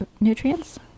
nutrients